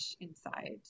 inside